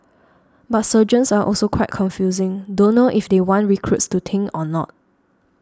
but sergeants are also quite confusing don't know if they want recruits to think or not